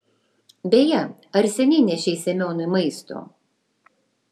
beje ar seniai nešei semionui maisto